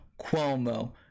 Cuomo